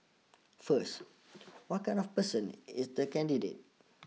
first what kind of person is the candidate